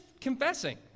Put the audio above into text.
confessing